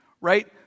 right